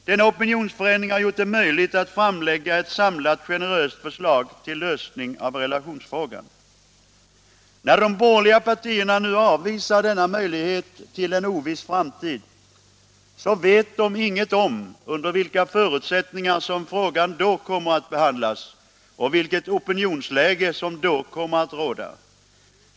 Denna opinionsförändring har gjort det möjligt att framlägga ett samlat generöst förslag till lösning av relationsfrågan. När de borgerliga partierna nu avvisar denna möjlighet till en oviss framtid, så vet de inget om under vilka förutsättningar som frågan då kommer att behandlas och vilket opinionsläge som då kommer att råda.